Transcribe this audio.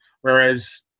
whereas